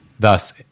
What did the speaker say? Thus